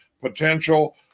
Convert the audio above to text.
potential